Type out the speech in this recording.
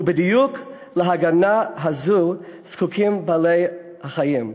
ובדיוק להגנה הזו זקוקים בעלי-החיים,